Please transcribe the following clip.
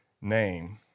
name